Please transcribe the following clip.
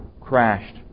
crashed